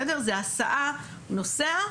זה הסעה נוסע,